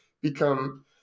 become